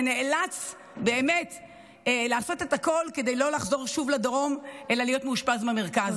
ונאלץ לעשות את הכול כדי לא לחזור שוב לדרום אלא להיות מאושפז במרכז.